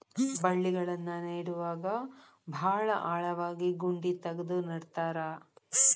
ಬಳ್ಳಿಗಳನ್ನ ನೇಡುವಾಗ ಭಾಳ ಆಳವಾಗಿ ಗುಂಡಿ ತಗದು ನೆಡತಾರ